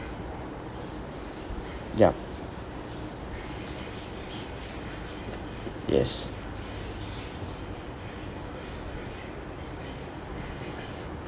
yup yes